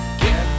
get